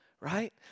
Right